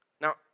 Now